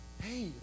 hey